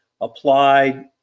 applied